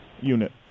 unit